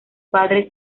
padres